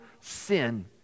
Sin